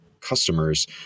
customers